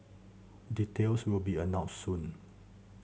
details will be announced soon